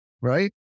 right